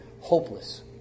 hopeless